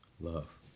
love